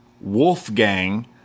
Wolfgang